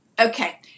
okay